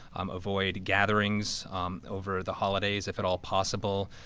um avoid gatherings over the holidays if at all possible.